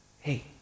hey